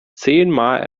zehnmal